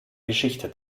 geschichte